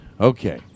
Okay